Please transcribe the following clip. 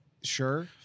sure